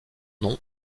nom